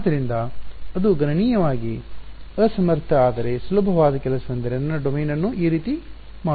ಆದ್ದರಿಂದ ಅದು ಗಣನೀಯವಾಗಿ ಅಸಮರ್ಥ ಆದರೆ ಸುಲಭವಾದ ಕೆಲಸವೆಂದರೆ ನನ್ನ ಡೊಮೇನ್ ಅನ್ನು ಈ ರೀತಿ ಮಾಡುವುದು